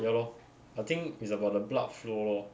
ya lor I think is about the blood flow lor